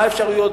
מה האפשרויות,